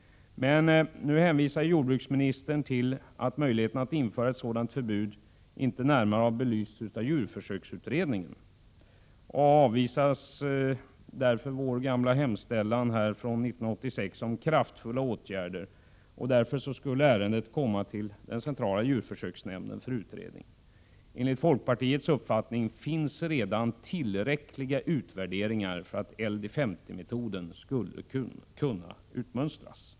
Nu hänvisar jordbruksministern till att möjligheterna att införa ett sådant förbud inte närmare har belysts av djurförsöksutredningen. Han avvisar därför vår gamla hemställan från 1986 om kraftfulla åtgärder. Därmed skulle ärendet komma till den centrala djurförsöksnämnden för utredning. Enligt folkpartiets uppfattning finns redan tillräckliga utvärderingar för att LD 50-metoden skulle kunna utmönstras.